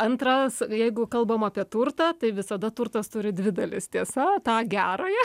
antras jeigu kalbam apie turtą tai visada turtas turi dvi dalis tiesa tą gerąją